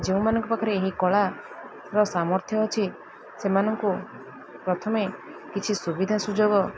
ଯେଉଁମାନଙ୍କ ପାଖରେ ଏହି କଳାର ସାମର୍ଥ୍ୟ ଅଛି ସେମାନଙ୍କୁ ପ୍ରଥମେ କିଛି ସୁବିଧା ସୁଯୋଗ